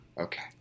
Okay